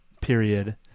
period